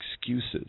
excuses